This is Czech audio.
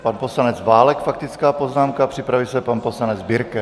Pan poslanec Válek faktická poznámka, připraví se pan poslanec Birke.